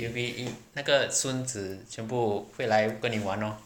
happy 那个孙子全部会来跟你玩 lor